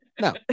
No